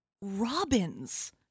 Robins